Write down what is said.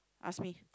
ask me